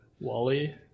wally